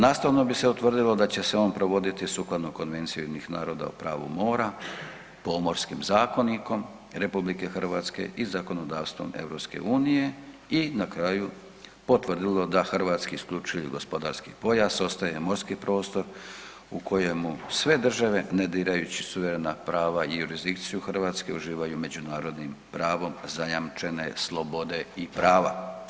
Nastavno bi se utvrdilo da će se on provoditi sukladno Konvenciji UN-a o pravu mora, Pomorskim zakonikom RH i zakonodavstvom EU i na kraju potvrdilo da hrvatski IGP ostaje morski prostor u kojemu sve države, ne dirajući suverena prava i jurisdikciju Hrvatske uživaju međunarodnim pravom zajamčene slobode i prava.